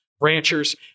ranchers